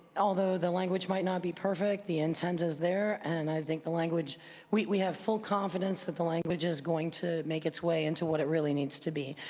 although the language might not be perfect be the intent is there and i think the language we have full confidence that the language is going to make its way into what it really needs to be.